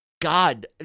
God